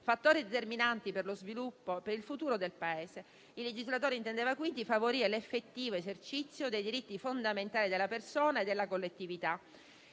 fattori determinanti per lo sviluppo e per il futuro del Paese. Il legislatore intendeva, quindi, favorire l'effettivo esercizio dei diritti fondamentali della persona e della collettività.